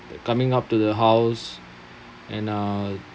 coming up to the house and uh